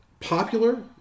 Popular